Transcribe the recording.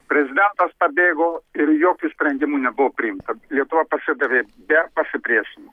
prezidentas pabėgo ir jokių sprendimų nebuvo priimta lietuva pasidavė be pasipriešinimo